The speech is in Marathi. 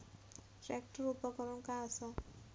ट्रॅक्टर उपकरण काय असा?